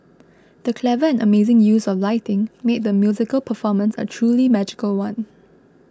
the clever and amazing use of lighting made the musical performance a truly magical one